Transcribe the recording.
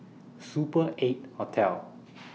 Super eight Hotel